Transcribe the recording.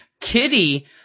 Kitty